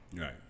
Right